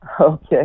Okay